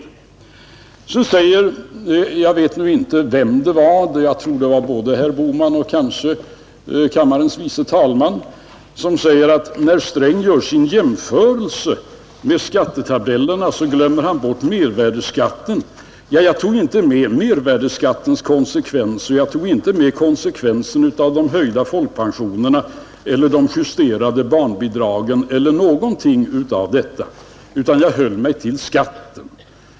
Så sade någon — jag tror att det var herr Bohman och kanske även kammarens andre vice talman — att när Sträng gör sin jämförelse med skattetabellerna, glömmer han bort mervärdeskatten. Ja, jag tog inte med mervärdeskattens konsekvenser, och jag tog inte med konsekvensen av de höjda folkpensionerna, de justerade barnbidragen eller någonting av detta, utan jag höll mig till skatten.